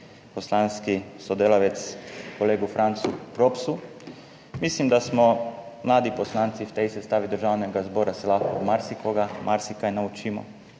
poslanski sodelavec kolegu Francu Propsu. Mislim, da smo mladi poslanci v tej sestavi Državnega zbora se lahko od marsikoga marsikaj naučimo